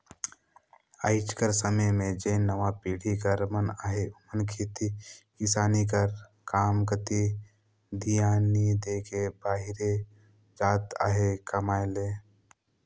आएज कर समे में जेन नावा पीढ़ी कर मन अहें ओमन खेती किसानी कर काम कती धियान नी दे के बाहिरे जात अहें कमाए ले